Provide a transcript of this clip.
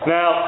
Now